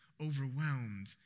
overwhelmed